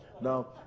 Now